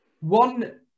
One